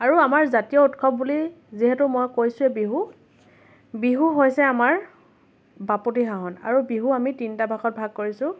আৰু আমাৰ জাতীয় উৎসৱ বুলি যিহেতু মই কৈছোঁৱে বিহু বিহু হৈছে আমাৰ বাপতিসাহোন আৰু বিহু আমি তিনিটা ভাগত ভাগ কৰিছোঁ